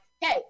Hey